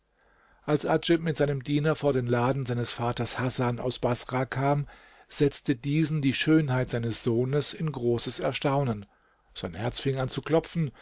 als adjib mit seinem diener vor den laden seines vaters hasan aus baßrah kam setzte diesen die schönheit seines sohnes in großes erstaunen sein herz fing an zu klopfen